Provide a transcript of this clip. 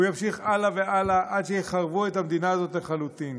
הוא ימשיך הלאה והלאה עד שיחרבו את המדינה הזאת לחלוטין.